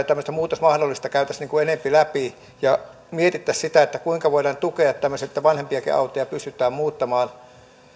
tämmöistä muutosmahdollisuutta käytäisiin enempi läpi ja mietittäisiin sitä kuinka voidaan tukea tämmöistä että vanhempiakin autoja pystytään muuttamaan